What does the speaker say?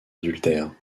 adultère